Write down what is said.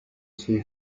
too